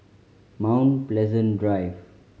Mount Pleasant Drive